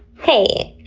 hey,